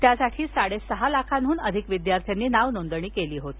त्यासाठी साडेसहा लाखांहून अधिक विद्यार्थ्यांनी नावनोंदणी केली होती